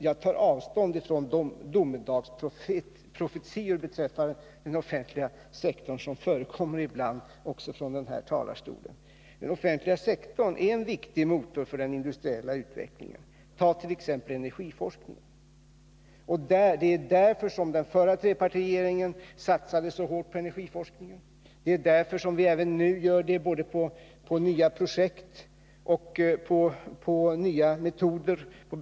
Jag tar avstånd från de domedagsprofetior beträffande den offentliga sektorn som ibland kommer till uttryck också från den här talarstolen. Den offentliga sektorn är en viktig motor för den industriella utvecklingen. Ta t.ex. energiforskningen! Det är mot bakgrund av den offentliga sektorns betydelse som den förra trepartiregeringen satsade så hårt på energiforskningen. Det är också därför som vi även nu satsar både på nya projekt och på nya metoder inom energiforskningsområdet.